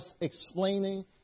explaining